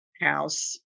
house